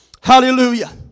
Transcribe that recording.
Hallelujah